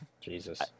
Jesus